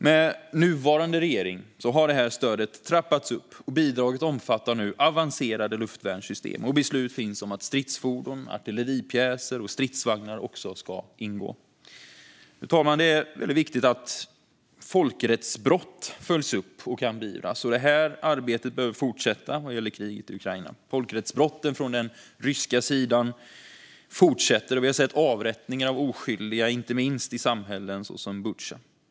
Med nuvarande regering har stödet trappats upp. Bidraget omfattar nu avancerade luftvärnssystem, och beslut finns om att stridsfordon, artilleripjäser och stridsvagnar också ska ingå. Fru talman! Det är viktigt att folkrättsbrott följs upp och kan beivras. Det arbetet behöver fortsätta vad gäller kriget i Ukraina. Folkrättsbrotten från den ryska sidan fortsätter. Vi har sett avrättningar av oskyldiga, inte minst i samhällen som Butja.